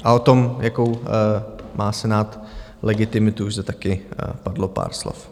A o tom, jakou má Senát legitimitu, už zde taky padlo pár slov.